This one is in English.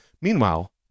Meanwhile